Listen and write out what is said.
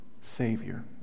Savior